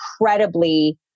incredibly